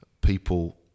people